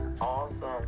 awesome